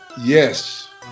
Yes